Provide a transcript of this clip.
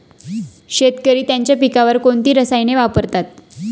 शेतकरी त्यांच्या पिकांवर कोणती रसायने वापरतात?